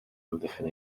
amddiffyn